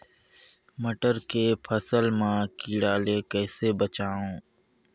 मटर के फसल मा कीड़ा ले कइसे बचाबो?